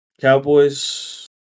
Cowboys